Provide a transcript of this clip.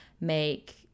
make